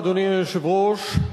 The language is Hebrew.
אדוני היושב-ראש,